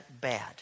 bad